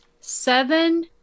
seven